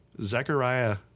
Zechariah